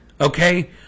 okay